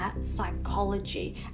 psychology